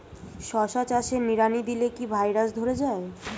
শশা চাষে নিড়ানি দিলে কি ভাইরাস ধরে যায়?